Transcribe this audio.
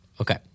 Okay